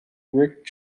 rick